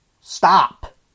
Stop